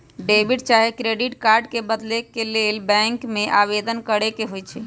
debit चाहे credit card के बदले के लेल बैंक में आवेदन करेके होइ छइ